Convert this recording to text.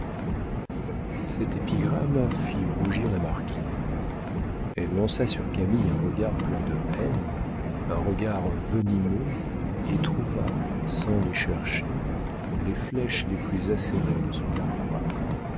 cette épigramme fit rougir la marquise elle lança sur camille un regard plein de haine un regard venimeux et trouva sans les chercher les flèches les plus acérées de son carquois